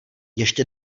ještě